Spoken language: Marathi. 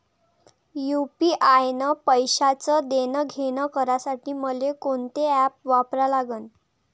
यू.पी.आय न पैशाचं देणंघेणं करासाठी मले कोनते ॲप वापरा लागन?